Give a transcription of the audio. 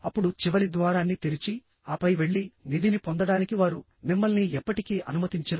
అప్పుడు చివరి ద్వారాన్ని తెరిచి ఆపై వెళ్లి నిధిని పొందడానికి వారు మిమ్మల్ని ఎప్పటికీ అనుమతించరు